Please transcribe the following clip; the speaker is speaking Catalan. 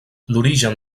l’origen